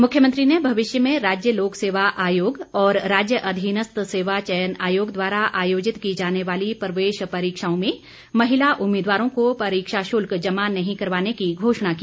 मुख्यमंत्री ने भविष्य में राज्य लोक सेवा आयोग और राज्य अधिनस्थ सेवा चयन आयोग द्वारा आयोजित की जाने वाली प्रवेश परीक्षाओं में महिला उम्मीदवारों को परीक्षा शुल्क जमा नहीं करवाने की घोषणा की